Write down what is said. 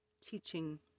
teaching